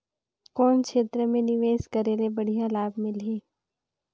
कौन क्षेत्र मे निवेश करे ले बढ़िया लाभ मिलही?